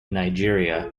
nigeria